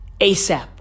ASAP